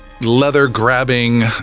leather-grabbing